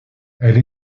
elle